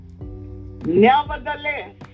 Nevertheless